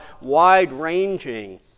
wide-ranging